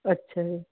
ਅੱਛਾ ਜੀ